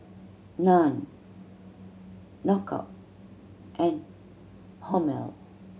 Nan Knockout and Hormel